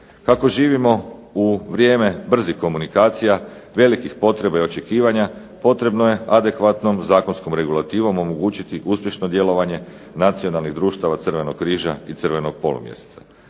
Kako živimo u vrijeme brzih komunikacija, velikih potreba i očekivanja, potrebno je adekvatnom zakonskom regulativom omogućiti uspješno djelovanje nacionalnih društava Crvenog križa i Crvenog polumjeseca.